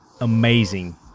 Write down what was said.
Amazing